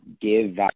give